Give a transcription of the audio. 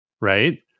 right